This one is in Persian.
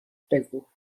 بگو